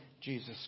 Jesus